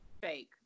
fake